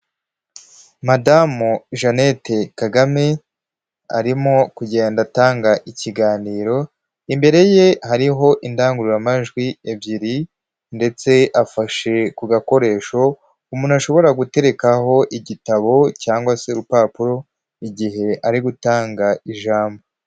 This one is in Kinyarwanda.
Madamu Jeannette Kagame arimo kugenda atanga ikiganiro, imbere ye hariho indangururamajwi ebyiri ndetse afashe ku gakoresho umuntu ashobora guterekaho igitabo, cyangwa se urupapuro igihe ari gutanga ijambo,